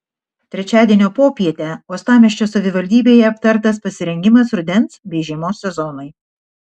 trečiadienio popietę uostamiesčio savivaldybėje aptartas pasirengimas rudens bei žiemos sezonui